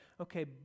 okay